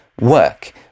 work